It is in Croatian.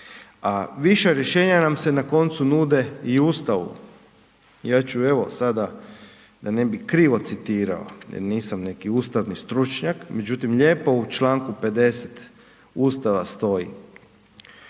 A viša rješenja nam se na koncu nude i u Ustavu. Ja ću evo sada, da ne bi krivo citirao jer nisam neki ustavni stručnjak, međutim lijepo u članku 50. Ustava stoji